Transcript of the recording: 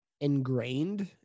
ingrained